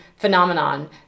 phenomenon